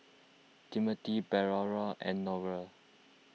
Timmothy Medora and Noelle